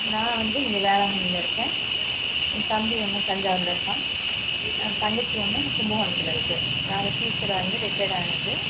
நான் வந்து இங்கே வேளாங்கண்ணியில இருக்கேன் என் தம்பி ஒன்று தஞ்சாவூரில் இருக்கான் என் தங்கச்சி ஒன்று கும்பகோணத்தில் இருக்கு அது டீச்சராக இருந்து ரிட்டேய்டு ஆனது